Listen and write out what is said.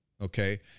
okay